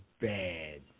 bad